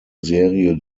serie